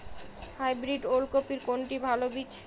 Hybrid ওল কপির কোনটি ভালো বীজ?